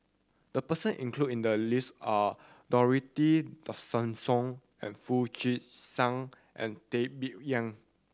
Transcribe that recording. the person included in the list are Dorothy Tessensohn and Foo Chee San and Teo Bee Yen